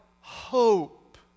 hope